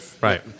right